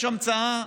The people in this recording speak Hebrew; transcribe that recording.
יש המצאה